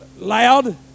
loud